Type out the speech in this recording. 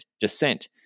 descent